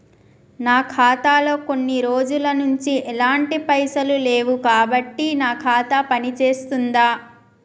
నా ఖాతా లో కొన్ని రోజుల నుంచి ఎలాంటి పైసలు లేవు కాబట్టి నా ఖాతా పని చేస్తుందా?